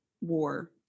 war